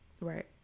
right